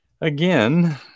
again